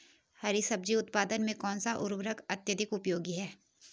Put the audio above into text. हरी सब्जी उत्पादन में कौन सा उर्वरक अत्यधिक उपयोगी है?